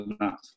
enough